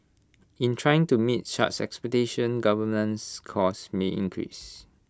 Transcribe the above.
in trying to meet such expectations governance costs may increase